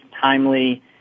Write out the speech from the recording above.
timely